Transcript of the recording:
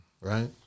right